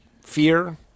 fear